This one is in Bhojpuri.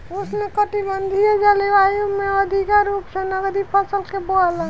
उष्णकटिबंधीय जलवायु में अधिका रूप से नकदी फसल के बोआला